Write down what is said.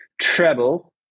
treble